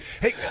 Hey